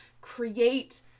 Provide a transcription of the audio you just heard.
create